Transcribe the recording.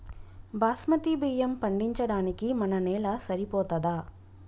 బాస్మతి బియ్యం పండించడానికి మన నేల సరిపోతదా?